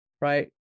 right